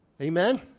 Amen